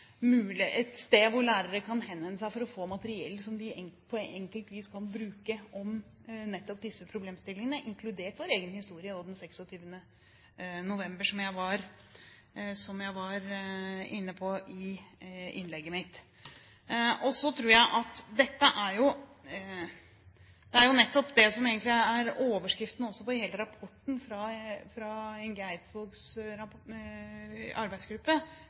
et sted hvor lærere kan henvende seg for å få materiell, som de på enkelt vis kan bruke, om nettopp disse problemstillingene, inkludert vår egen historie og den 26. november, som jeg var inne på i innlegget mitt. Det er jo nettopp det som er overskriften på hele rapporten fra Inge Eidsvågs arbeidsgruppe, nemlig at det kan skje igjen. Hele vaksineringen mot at det kan skje igjen, er